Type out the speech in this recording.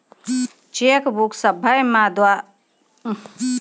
cheque book सभ्भे bank द्वारा जारी करलो जाय छै